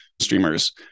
streamers